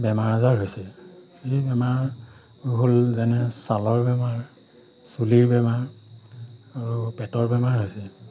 বেমাৰ আজাৰ হৈছে সেই বেমাৰ হ'ল যেনে ছালৰ বেমাৰ চুলিৰ বেমাৰ আৰু পেটৰ বেমাৰ হৈছে